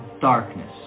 darkness